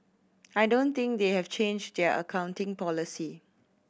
I don't think they have changed their accounting policy